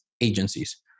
agencies